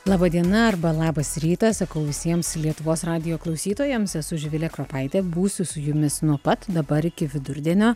laba diena arba labas rytas sakau visiems lietuvos radijo klausytojams esu živilė kropaitė būsiu su jumis nuo pat dabar iki vidurdienio